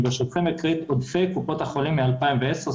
ברשותכם אני אקריא את עודפי קופות החולים משנת 2010,